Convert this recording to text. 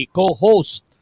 co-host